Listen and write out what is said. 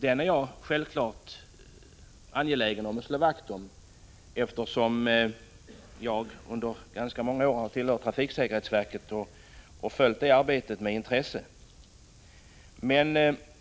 Jag är självfallet angelägen om att slå vakt om den, eftersom jag under ganska många år har tillhört trafiksäkerhetsverkets styrelse och följt detta arbete med intresse.